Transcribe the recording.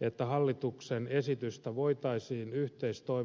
että hallituksen esitystä voitaisiin yhteistoimin asiantuntijakuulemisen jälkeen muuttaa